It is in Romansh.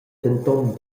denton